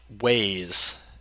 ways